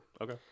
Okay